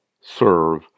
serve